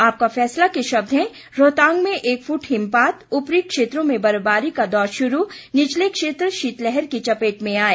आपका फैसला के शब्द हैं रोहतांग में एक फूट हिमपात ऊपरी क्षेत्रों में बर्फबारी का दौर शुरू निचले क्षेत्र शीतलहर की चपेट में आए